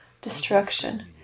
destruction